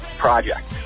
Project